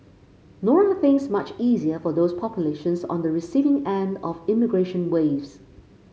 nor are things much easier for those populations on the receiving end of immigration waves